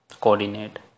Coordinate